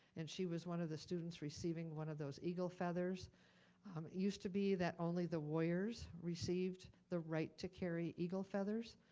and she was one of the students receiving one of those eagle feathers. it used to be that only the lawyers received the right to carry eagle feathers,